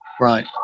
right